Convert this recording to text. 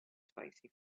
spicy